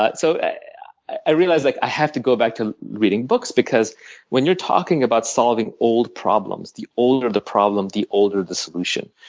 but so i realized like i have to go back to reading books because when you're talking about solving old problems, the older the problem the older the solution.